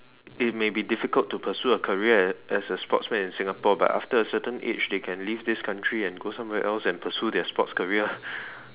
it may be difficult to pursue a career as a sportsman in Singapore but after a certain age they can leave this country and go somewhere else and pursue their sports career